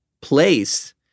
place